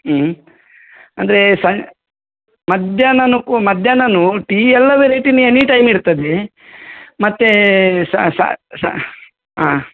ಹ್ಞೂ ಅಂದರೆ ಸಂ ಮಧ್ಯಾಹ್ನನಕ್ಕು ಮಧ್ಯಾಹ್ನನೂ ಟೀ ಎಲ್ಲ ವೆರೈಟಿನು ಎನಿ ಟೈಮ್ ಇರ್ತದೆ ಮತ್ತೆ ಸ ಸಾ ಸಾ ಹಾಂ